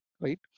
right